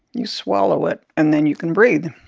you swallow it and then you can breathe.